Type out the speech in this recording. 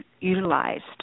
utilized